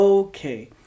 okay